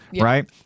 right